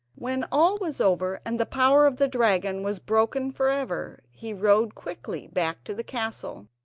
when all was over, and the power of the dragon was broken for ever, he rode quickly back to the castle,